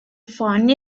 font